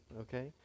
okay